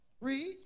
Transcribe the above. Read